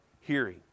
hearing